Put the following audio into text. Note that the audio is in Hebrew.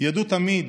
ידעו תמיד